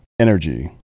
energy